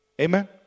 Amen